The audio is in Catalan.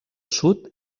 sud